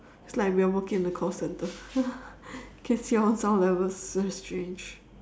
it's like we're working in the call centre can see our sound levels very strange